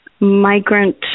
migrant